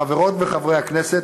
חברות וחברי הכנסת,